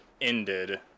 ended